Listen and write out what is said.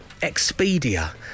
Expedia